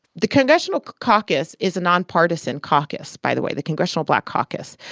the congressional caucus is a nonpartisan caucus, by the way the congressional black caucus.